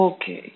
Okay